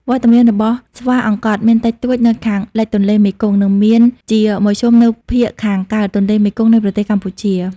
វត្តមានរបស់ស្វាអង្កត់មានតិចតួចនៅខាងលិចទន្លេមេគង្គ និងមានជាមធ្យមនៅភាគខាងកើតទន្លេមេគង្គនៃប្រទេសកម្ពុជា។